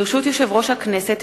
ברשות יושב-ראש הכנסת,